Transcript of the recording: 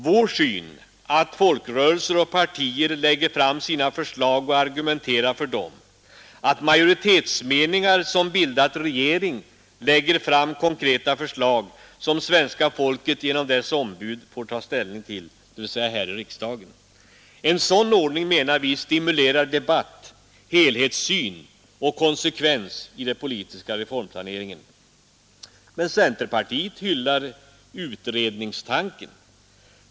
Vår syn innebär att folkrörelser och partier lägger fram sina förslag och argumenterar för dem och att majoritetsmeningar som bildat regering lägger fram konkreta förslag som svenska folket genom sina ombud får ta ställning till här i riksdagen. En sådan ordning menar vi stimulerar debatt, helhetssyn och konsekvens i den politiska reformplaneringen. Men centerpartiet hyllar utredningstanken.